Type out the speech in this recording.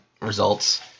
results